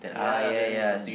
ya badminton